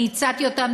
אני הצעתי אותם.